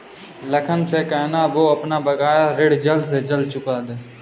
लखन से कहना, वो अपना बकाया ऋण जल्द से जल्द चुका दे